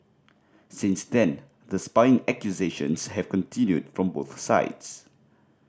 since then the spying accusations have continued from both sides